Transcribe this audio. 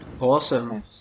awesome